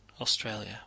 Australia